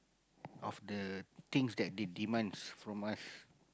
of the things that they demands from us